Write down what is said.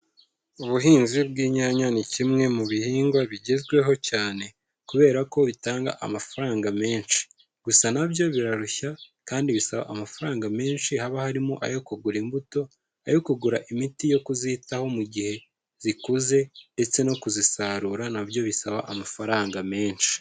Ubuhinzi bw'inyanya ni kimwe mu bihingwa bigezweho cyane, kubera ko bitanga amafaranga menshi. Gusa na byo birarushya kandi bisaba amafaranga menshi haba harimo ayo kugura imbuto, ayo kugura imiti yo kuzitaho mu gihe zikuze ndetse no kuzisarura na byo bisaba amafaranga menshi.